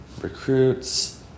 recruits